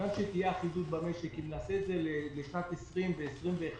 גם כדי שתהיה אחידות במשק אם נעשה את זה לשנת 2020 ו-2021,